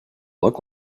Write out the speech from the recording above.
look